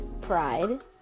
Pride